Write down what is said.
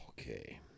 Okay